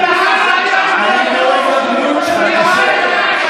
שזה מה שמשלמים בביטוח לאומי.